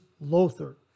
Lothar